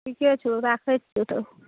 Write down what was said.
ठिके छौ राखै छिऔ तब